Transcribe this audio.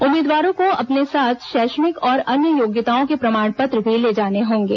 उम्मीदवारों को अपने साथ शैक्षणिक और अन्य योग्यताओं के प्रमाण पत्र भी ले जाने होंगे